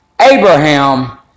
Abraham